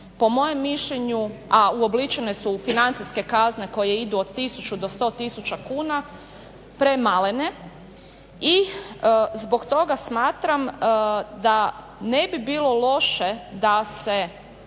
po mojem mišljenju, a uobličene su u financijske kazne koje idu od tisuću do 100 tisuća kuna premalene i zbog toga smatram da ne bi bilo loše da se